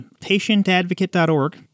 PatientAdvocate.org